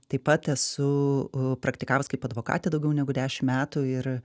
taip pat esu praktikavus kaip advokatė daugiau negu dešim metų ir